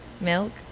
Milk